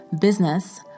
business